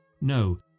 No